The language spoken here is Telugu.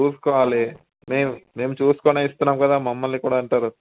చూసుకోవాలి మేము మేము చూసుకొనే ఇస్తున్నాము కదా మమ్మల్ని కూడా అంటారు